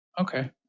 Okay